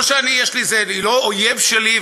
לא שאני יש לי איזה היא לא אויב שלי,